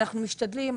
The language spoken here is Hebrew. אנחנו משתדלים,